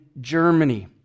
Germany